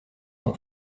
son